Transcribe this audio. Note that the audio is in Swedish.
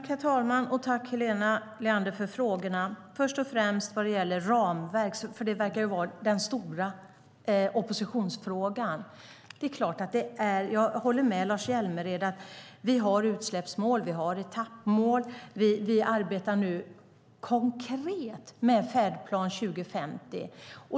Herr talman! Tack, Helena Leander, för frågorna! Jag börjar med frågan om ramverket, för det verkar vara den stora oppositionsfrågan. Jag håller med Lars Hjälmered om att vi har utsläppsmål, vi har etappmål och vi arbetar konkret med Färdplan 2050.